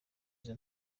izi